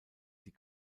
die